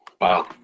Wow